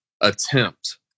attempt